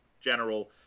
general